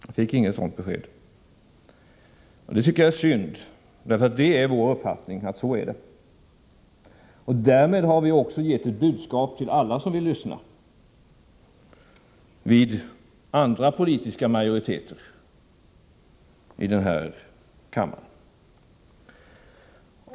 Jag fick inget sådant besked, och det tycker jag är synd, för enligt vår uppfattning är så förhållandet. Därmed har vi också givit ett budskap till alla som vill lyssna, även vid andra politiska majoritetsförhållanden i kammaren.